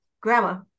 grandma